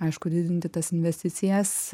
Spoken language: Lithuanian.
aišku didinti tas investicijas